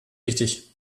wichtig